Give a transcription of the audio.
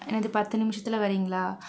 என்னது பத்து நிமிடத்தில் வறீங்களா